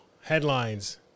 headlines